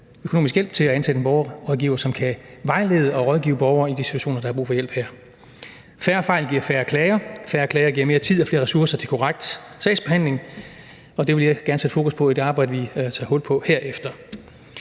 økonomisk hjælp til at ansætte en borgerrådgiver, som kan vejlede og rådgive borgere i de situationer, hvor der er brug for hjælp. Færre fejl giver færre klager, færre klager giver mere tid og flere ressourcer til korrekt sagsbehandling, og det vil jeg gerne sætte fokus på i det arbejde, vi tager hul på herefter.